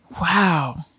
Wow